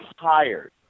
tired